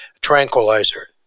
tranquilizer